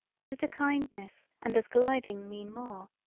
was it a kindness and does gliding mean more.